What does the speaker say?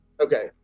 Okay